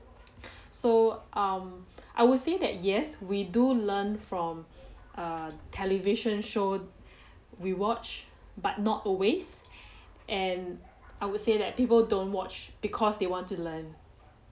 so um I would say that yes we do learn from err television show we watched but not always and I would say that people don't watch because they want to learn